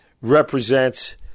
represents